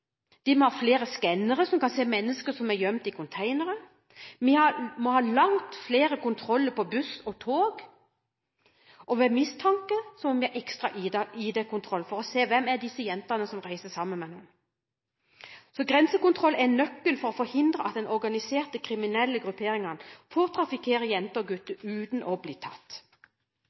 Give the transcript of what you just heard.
de må ha flere skannere som kan se mennesker som er gjemt i containere, vi må ha langt flere kontroller på buss og tog, og ved mistanke må vi ha ekstra ID-kontroll for å se hvem disse jentene er som reiser sammen med menn. Så grensekontroll er nøkkelen for å forhindre at de organiserte kriminelle grupperingene får trafikkere jenter og gutter uten å bli tatt.